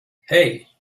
hey